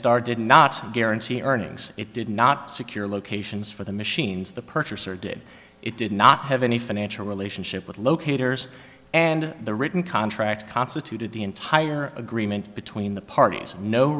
did not guarantee earnings it did not secure locations for the machines the purchaser did it did not have any financial relationship with locators and the written contract constituted the entire agreement between the parties no